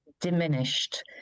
diminished